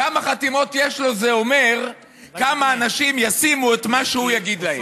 "כמה חתימות יש לו" זה אומר כמה אנשים ישימו את מה שהוא יגיד להם.